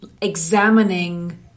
examining